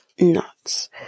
nuts